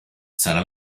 sarà